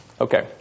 Okay